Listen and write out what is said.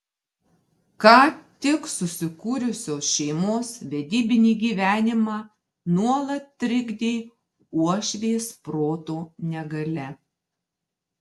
ką tik susikūrusios šeimos vedybinį gyvenimą nuolat trikdė uošvės proto negalia